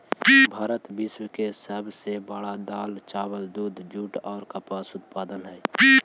भारत विश्व के सब से बड़ा दाल, चावल, दूध, जुट और कपास उत्पादक हई